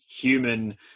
human